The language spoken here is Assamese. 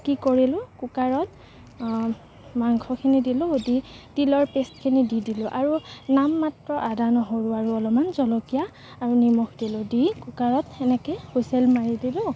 কি কৰিলো কুকাৰত মাংসখিনি দিলোঁ দি তিলৰ পেষ্টখিনি দি দিলোঁ আৰু নামমাত্ৰ আদা নহৰু আৰু অলপমান জলকীয়া আৰু নিমখ দিলোঁ দি কুকাৰত সেনেকৈয়ে হুইছেল মাৰি দিলোঁ